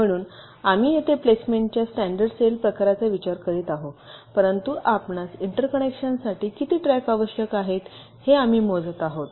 म्हणून आम्ही येथे प्लेसमेंटच्या स्टॅंडर्ड सेल प्रकाराचा विचार करीत आहोत परंतु आपणास इंटरकनेक्शन्ससाठी किती ट्रॅक आवश्यक आहेत हे आम्ही मोजत आहोत